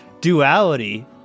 duality